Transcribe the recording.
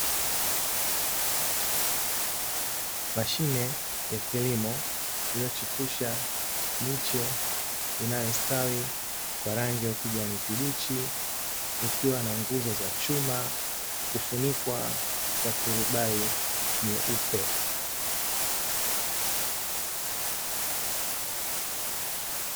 Mashine ya kilimo iliyochipusha miche inayo stawi kwa rangi ya ukijani kibichi, ikiwa na nguzo za chuma hufunikwa kwa turubai nyeupe.